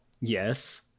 Yes